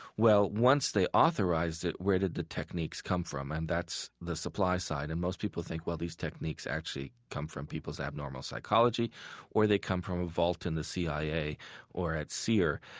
well, once they authorized it, where did the techniques come from? and that's the supply side. and most people think, well, these techniques actually come from people's abnormal psychology or they come from a vault in the cia or at sere.